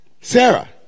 Sarah